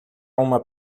uma